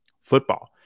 football